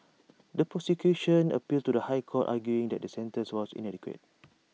the prosecution appealed to the High Court arguing that the sentences was inadequate